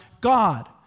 God